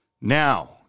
Now